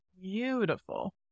beautiful